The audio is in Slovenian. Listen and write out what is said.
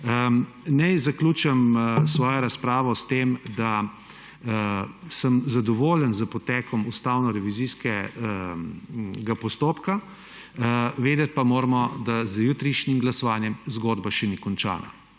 Naj zaključim svojo razpravo s tem, da sem zadovoljen s potekom ustavnorevizijskega postopka. Vedeti pa moramo, da z jutrišnjem glasovanjem zgodba še ni končana.